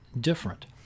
different